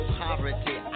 poverty